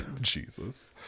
Jesus